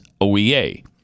OEA